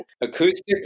acoustic